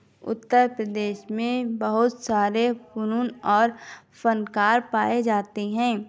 اتر پردیش میں بہت سارے فنون اور فنکار پائے جاتے ہیں